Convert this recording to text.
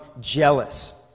jealous